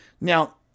Now